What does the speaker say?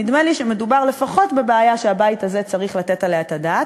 נדמה לי שמדובר לפחות בבעיה שהבית הזה צריך לתת עליה את הדעת,